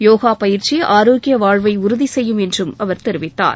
யோகா பயிற்சி ஆரோக்கிய வாழ்வை உறுதி செய்யும் என்றும் அவர் தெரிவித்தார்